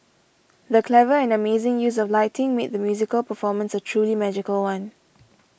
the clever and amazing use of lighting made the musical performance a truly magical one